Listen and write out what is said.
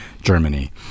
germany